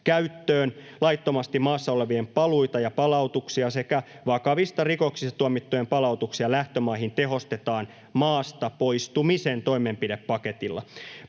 käyttöön. Laittomasti maassa olevien paluita ja palautuksia sekä vakavista rikoksista tuomittujen palautuksia lähtömaihin tehostetaan maasta poistumisen toimenpidepaketilla.